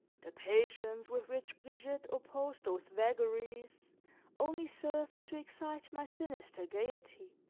the patience with which brigitte opposed those vagaries only served to excite my sinister gaiety.